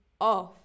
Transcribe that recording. off